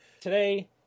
today